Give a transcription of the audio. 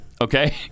okay